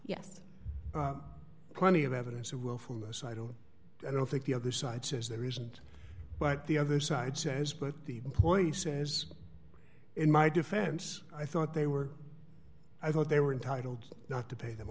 yes plenty of evidence of willfulness i don't i don't think the other side says there isn't but the other side says but the employee says in my defense i thought they were i thought they were entitled not to pay them